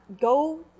Go